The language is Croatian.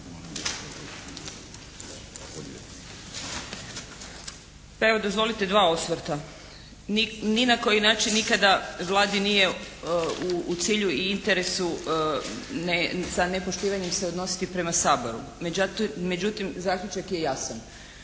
Pa evo, dozvolite dva osvrta. Ni na koji način nikada Vladi nije u cilju i interesu sa nepoštivanjem se odnositi prema Saboru. Međutim, zaključak je jasan.